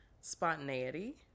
spontaneity